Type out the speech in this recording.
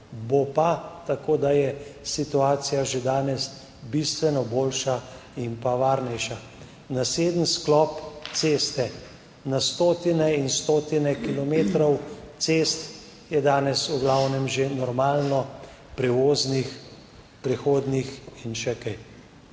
Bo pa, tako da je situacija že danes bistveno boljša in pa varnejša. Naslednji sklop ceste, na stotine in stotine kilometrov cest je danes v glavnem že normalno prevoznih, prehodnih in še kaj.